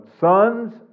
sons